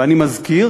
ואני מזכיר